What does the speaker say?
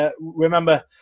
Remember